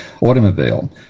automobile